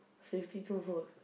fifty two volt